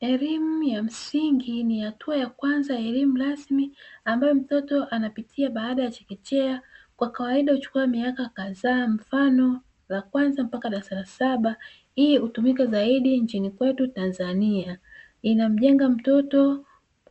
Elimu ya msingi ni hatua ya kwanza ya elimu rasmi ambayo mtoto anapitia baada ya chekechea, kwa kawaida huchukua miaka kadhaa mfano la kwanza mpaka darasa la saba hii hutumika zaidi nchini kwetu Tanzania inamjenga mtoto